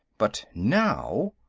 but now.